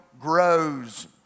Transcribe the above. grows